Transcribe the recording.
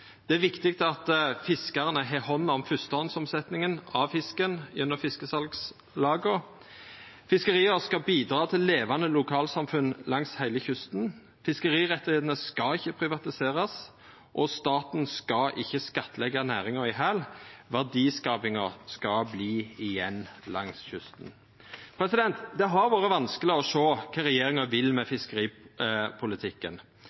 Det er viktig at fiskarane har hand om fyrstehandsomsetninga av fisken, gjennom fiskesalslaga. Fiskeria skal bidra til levande lokalsamfunn langs heile kysten. Fiskerirettane skal ikkje privatiserast, og staten skal ikkje skattleggja næringa i hel. Verdiskapinga skal vera igjen langs kysten. Det har vore vanskeleg å sjå kva regjeringa vil med